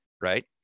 right